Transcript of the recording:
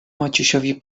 maciusiowi